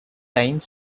timed